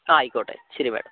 ആയിക്കോട്ടെ ശരി മേഡം